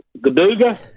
Gaduga